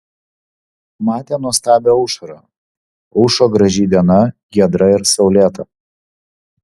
matė nuostabią aušrą aušo graži diena giedra ir saulėta